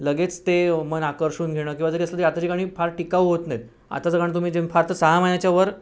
लगेच ते मन आकर्षून घेणं किंवा जरी असलं तरी आताची गाणी फार टिकाऊ होत नाहीत आताचं गाणं तुम्ही जेम फार तर सहा महिन्याच्यावर